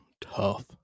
Tough